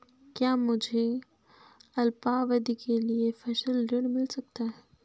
क्या मुझे अल्पावधि के लिए फसल ऋण मिल सकता है?